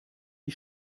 die